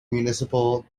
municipal